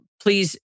please